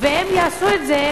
והם יעשו את זה,